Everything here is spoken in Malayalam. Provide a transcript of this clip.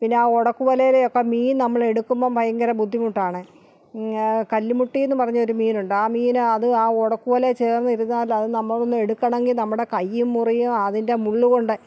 പിന്നെ ആ ഒടക്ക് വലയൊക്കെ മീൻ നമ്മൾ എടുക്കുമ്പം ഭയങ്കര ബുദ്ധിമുട്ടാണ് കല്ലുമുട്ടീ എന്ന് പറഞ്ഞ ഒരു മീനുണ്ട് ആ മീന് അത് ആ ഒടക്ക് വലയിൽ ചേർന്നിരുന്നാല് അത് നമ്മളൊന്ന് എടുക്കണമെങ്കിൽ നമ്മുടെ കയ്യും മുറിയും അതിൻ്റെ മുള്ള് കൊണ്ട്